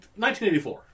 1984